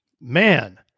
Man